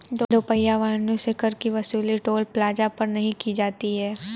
दो पहिया वाहन से कर की वसूली टोल प्लाजा पर नही की जाती है